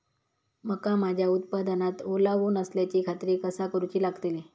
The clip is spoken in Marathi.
मका माझ्या उत्पादनात ओलावो नसल्याची खात्री कसा करुची लागतली?